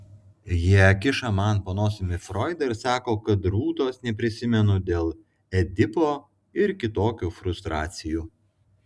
jie kiša man po nosimi froidą ir sako kad rūtos neprisimenu dėl edipo ir kitokių frustracijų